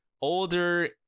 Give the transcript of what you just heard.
older